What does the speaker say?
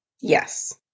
Yes